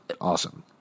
awesome